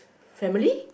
family